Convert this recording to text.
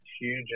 huge